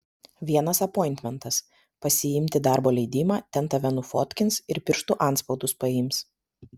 vienas apointmentas pasiimti darbo leidimą ten tave nufotkins ir pirštų antspaudus paims